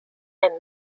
and